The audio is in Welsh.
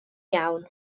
iawn